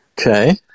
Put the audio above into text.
Okay